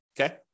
Okay